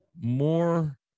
more